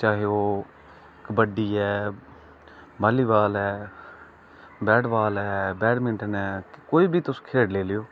चाहे ओह् कबड्डी ऐ बालीबाल ऐ बैटबाल ऐ बैडमिटंन ऐ कोई बी तुस खेढ लेई लैओ